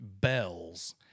bells